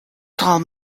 told